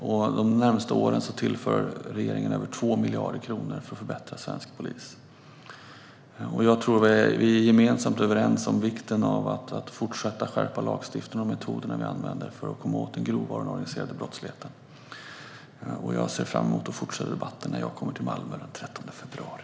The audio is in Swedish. Under de närmaste åren tillför regeringen över 2 miljarder kronor för att förbättra svensk polis. Vi är nog överens om vikten av att skärpa lagstiftningen och metoderna för att komma åt den grova och den organiserade brottsligheten. Jag ser fram emot att fortsätta debatten när jag kommer till Malmö den 13 februari.